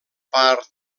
part